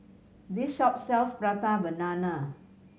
this shop sells Prata Banana